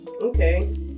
okay